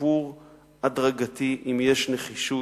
שיפור הדרגתי, ואם יש נחישות,